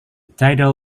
tidal